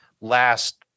last